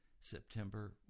September